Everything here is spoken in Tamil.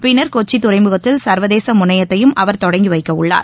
பின்னர் கொச்சிதுறைமுகத்தில் சர்வதேசமுனையத்தையும் அவர் தொடங்கிவைக்கவுள்ளார்